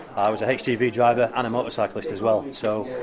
i was a hgv driver and a motorcyclist as well. so,